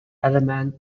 element